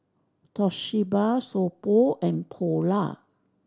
Toshiba So Pho and Polar